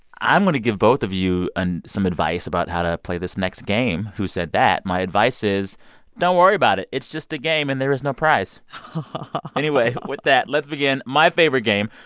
i'm going to give both of you and some advice about how to play this next game, who said that? my advice is don't worry about it. it's just a game, and there is no prize but anyway, with that, let's begin my favorite game,